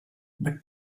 but